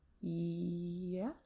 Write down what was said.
yes